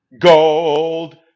gold